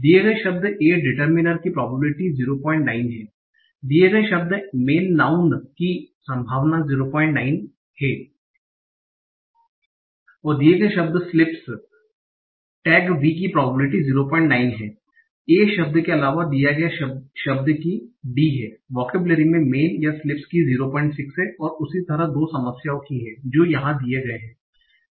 दिए गए शब्द a डिटर्मिनर की प्रोबेबिलिटी 09 है दिए गए शब्द man नाऊन की संभावना 09 हैं दिए गए शब्द sleeps टैग V की प्रोबेबिलिटी 09 है a शब्द के अलावा दिया गया शब्द की D हैं वोकेबलरी में man या sleeps की 06 हैं और उसी तरह दो समस्याओ की हैं जो यहाँ दिए गए हैं